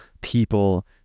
people